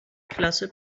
klasse